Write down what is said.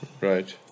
right